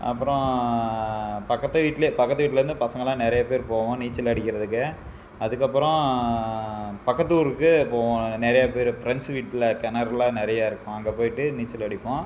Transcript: அப்புறம் பக்கத்து வீட்டிலே பக்கத்து வீட்டிலேருந்து பசங்கெல்லாம் நிறைய பேர் போவோம் நீச்சல் அடிக்கிறதுக்கு அதுக்கப்புறம் பக்கத்து ஊருக்குப் போவோம் நாங்கள் நிறையா பேர் ஃப்ரெண்ட்ஸு வீட்டில் கிணறுலாம் நிறையா இருக்கும் அங்கே போய்விட்டு நீச்சல் அடிப்போம்